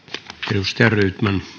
arvoisa herra